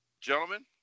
gentlemen